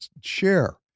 share